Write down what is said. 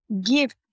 give